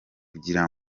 kugira